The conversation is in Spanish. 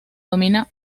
domina